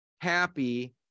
happy